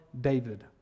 David